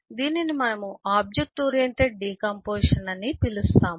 దీనిని మనము object oriented decomposition అని పిలుస్తాము